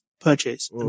purchase